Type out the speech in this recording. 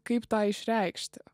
kaip tą išreikšti